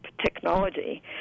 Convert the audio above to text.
technology